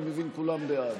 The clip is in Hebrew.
אני מבין שכולם בעד.